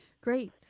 Great